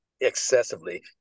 excessively